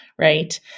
right